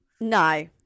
No